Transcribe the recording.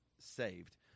saved